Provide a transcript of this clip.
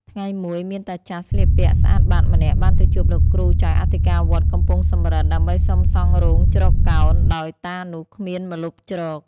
ថ្ងៃមួយមានតាចាស់ស្លៀកពាក់ស្អាតបាតម្នាក់ បានទៅជួបលោកគ្រូចៅអធិការវត្តកំពង់សំរឹទ្ធ ដើម្បីសុំសង់រោងជ្រកកោន ដោយតានោះគ្មានម្លប់ជ្រក ។